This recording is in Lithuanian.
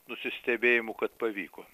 nusistebėjimu kad pavyko